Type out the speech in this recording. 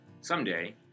someday